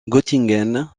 göttingen